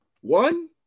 One